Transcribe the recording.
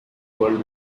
world